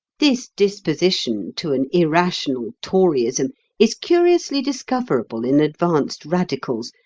this disposition to an irrational toryism is curiously discoverable in advanced radicals,